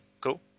cool